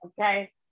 okay